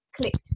clicked